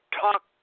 talk